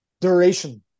duration